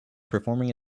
performing